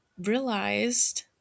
realized